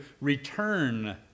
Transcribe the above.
return